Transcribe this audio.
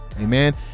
Amen